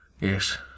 Yes